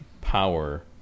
power